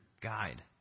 guide